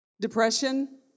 depression